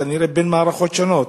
כנראה בין מערכות שונות.